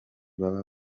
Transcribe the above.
baba